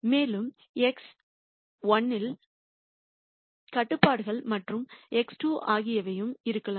மேலும் x1 இல் x கட்டுப்பாடுகள் மற்றும் x2 ஆகியவையும் இருக்கலாம்